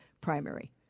primary